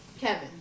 Kevin